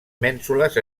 mènsules